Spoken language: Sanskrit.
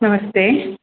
नमस्ते